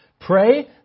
Pray